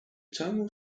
terminal